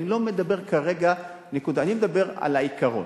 אני מדבר כרגע על העיקרון.